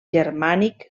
germànic